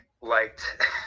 liked